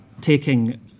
taking